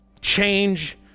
change